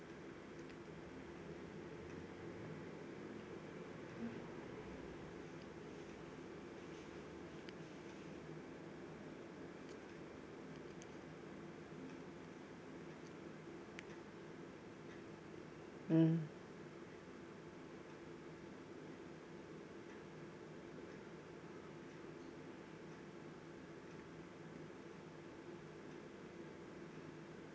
mm